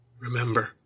Remember